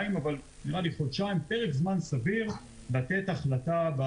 נראה לי שחודשיים זה בהחלט פרק זמן סביר לתת החלטה.